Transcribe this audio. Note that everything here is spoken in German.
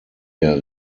der